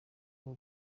bwo